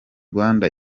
rwanda